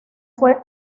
fue